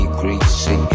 greasy